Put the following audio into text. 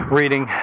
reading